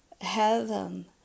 Heaven